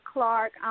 Clark